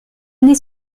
année